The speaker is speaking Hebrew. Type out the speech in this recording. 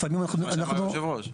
זה מה שאמר יושב הראש.